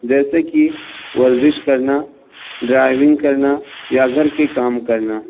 جیسے کہ ورزش کرنا ڈرائونگ کرنا یا گھر کے کام کرنا